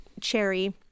cherry